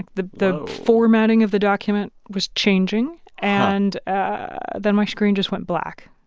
the the formatting of the document was changing. and ah then my screen just went black,